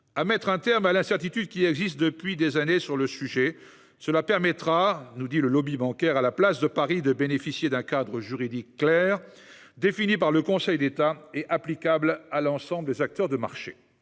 « mettre un terme à l'incertitude qui existe depuis des années sur le sujet [...]. Cela permettra, nous dit le lobby bancaire, à la place de Paris de bénéficier d'un cadre juridique clair, défini par le Conseil d'État et applicable à l'ensemble des acteurs du marché.